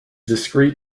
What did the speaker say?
discrete